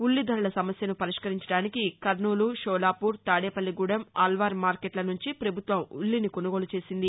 ఉల్లి ధరల సమస్యను పరిష్కరించడానికి కర్నూలు షోలాపూర్ తాదేపల్లిగూడెం ఆళ్వార్ మార్కెట్ల నుంచి పభుత్వం ఉల్లిని కొనుగోలు చేసింది